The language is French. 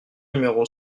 numéro